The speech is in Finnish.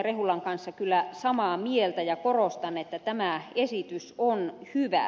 rehulan kanssa samaa mieltä ja korostan että tämä esitys on hyvä